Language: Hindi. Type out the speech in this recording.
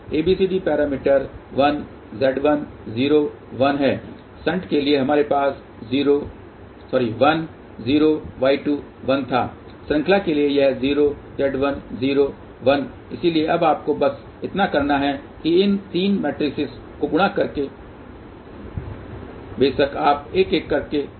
ABCD पैरामीटर 1 Z1 0 1 हैं शंट के लिए हमारे पास 1 0 Y2 1 था श्रृंखला के लिए यह 1 Z1 0 1 इसलिए अब आपको बस इतना करना है कि इन 3 मैट्रिसेस को गुणा करें बेशक आप एक एक करके करते हैं